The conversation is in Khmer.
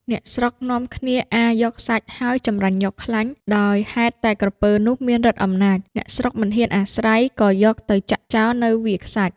អ្នកស្រុកនាំគ្នាអារយកសាច់ ហើយចម្រាញ់យកខ្លាញ់ ដោយហេតុតែក្រពើនោះ មានឫទ្ធិអំណាច អ្នកស្រុកមិនហ៊ានអាស្រ័យក៏យកទៅចាក់ចោលនៅវាលខ្សាច់ ។